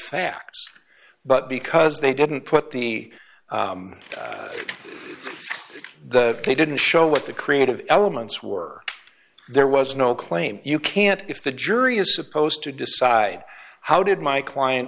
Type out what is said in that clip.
facts but because they didn't put the the they didn't show what the creative elements were there was no claim you can't if the jury is supposed to decide how did my client